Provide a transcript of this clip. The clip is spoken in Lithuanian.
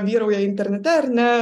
vyrauja internete ar ne